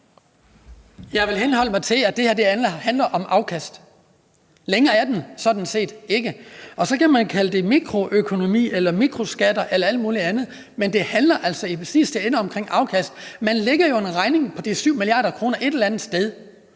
Jeg vil henholde mig til, at det her handler om afkast. Længere er den sådan set ikke. Så kan man kalde det mikroøkonomi eller mikroskatter eller alt muligt andet, men det handler altså i den sidste ende om afkast. Man lægger en regning på de 7 mia. kr. et eller andet sted.